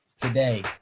Today